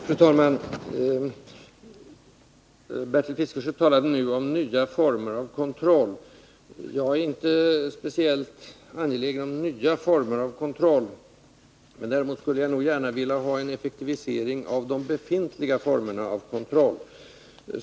Fru talman! Bertil Fiskesjö talade nu om nya former av kontroll. Jag är inte speciellt angelägen om nya former av kontroll. Däremot skulle jag gärna vilja ha till stånd en effektivisering av de befintliga formerna av kontroll.